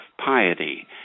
piety